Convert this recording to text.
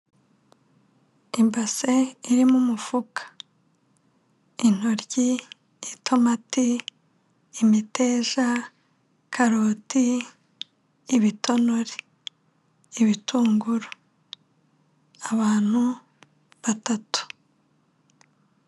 Ibase irimo umufuka, intoryi, itomate, imiteja, karoti, ibitonore, ibitunguru, abantu batatu.